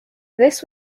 this